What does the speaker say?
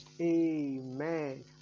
Amen